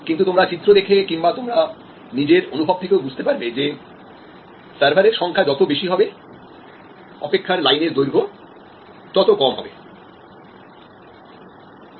কিন্তু তোমরা চিত্র দেখে কিংবা নিজের অনুভব থেকেও বুঝতে পারবে যে সার্ভারের সংখ্যা যত বেশি হবে অপেক্ষার লাইনের দৈর্ঘ্য তত কম হবে